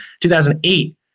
2008